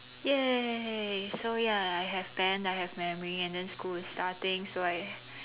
!yay! so ya I have band I have memory and then school is starting so I